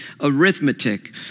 arithmetic